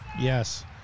Yes